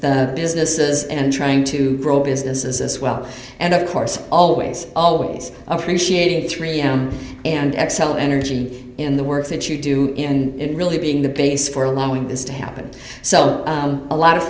businesses and trying to grow businesses as well and of course always always appreciated three and xcel energy in the work that you do in really being the base for allowing this to happen so a lot of